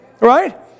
Right